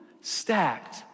stacked